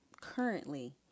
currently